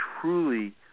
truly